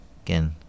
Again